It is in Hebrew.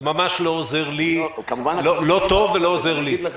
זה ממש לא טוב ולא עוזר לי.